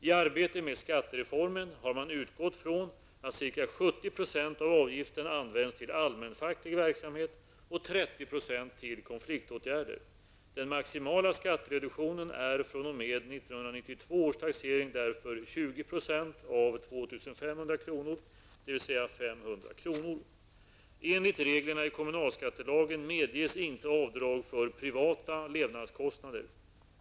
I arbetet med skattereformen har man utgått från att ca 70 % Enligt reglerna i kommunalskattelagen medges inte avdrag för privata levnadskostnader.